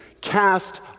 cast